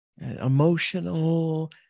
emotional